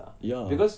ya